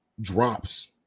drops